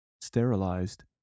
Sterilized